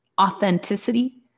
authenticity